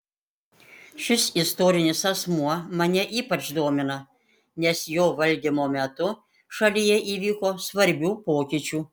šis istorinis asmuo mane ypač domina nes jo valdymo metu šalyje įvyko svarbių pokyčių